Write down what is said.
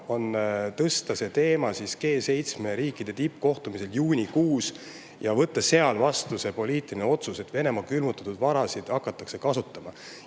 on tõsta see teema üles G7 riikide tippkohtumisel juunikuus ja võtta seal vastu poliitiline otsus, et Venemaa külmutatud varasid hakatakse kasutama.